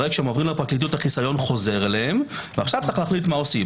הרי כשהם עוברים לפרקליטות החיסיון חוזר להם ועכשיו יש להחליט מה עושים.